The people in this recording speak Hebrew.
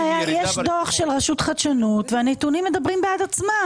יש דוח של רשות החדשנות והנתונים מדברים בעד עצמם.